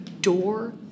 door